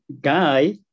guy